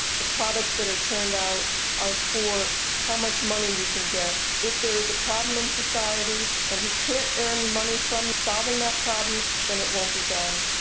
products that are turned out are for how much money you can get. if there is a problem in society and you can't earn money from solving that problem, then it won't be done.